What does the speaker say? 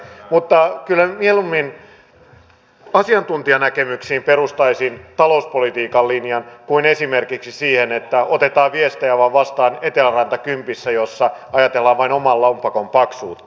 mutta kyllä mieluummin asiantuntijanäkemyksiin perustaisin talouspolitiikan linjan kuin esimerkiksi siihen että otetaan viestejä vastaan vain eteläranta kympistä jossa ajatellaan vain oman lompakon paksuutta